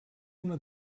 una